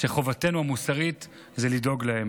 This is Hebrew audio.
וחובתנו המוסרית היא לדאוג להם.